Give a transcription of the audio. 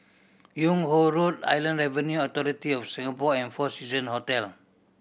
Yung Ho Road Inland Avenue Authority of Singapore and Four Season Hotel